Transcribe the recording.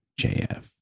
JF